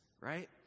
Right